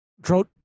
drought